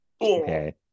okay